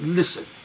listen